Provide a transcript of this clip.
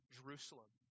Jerusalem